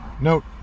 Note